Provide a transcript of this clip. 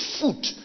foot